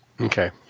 Okay